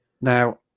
Now